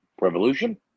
Revolution